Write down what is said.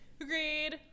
agreed